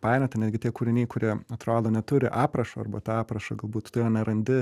painioti netgi tie kūriniai kurie atrodo neturi aprašo arba tą aprašą galbūt tu jo nerandi